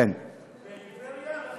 כל המגזר הערבי, פריפריה וחרדים.